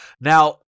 Now